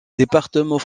département